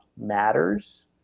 matters